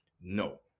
no